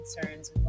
concerns